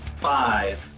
Five